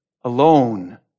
alone